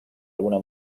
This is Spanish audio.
alguna